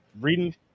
Reading